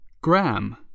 Gram